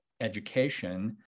education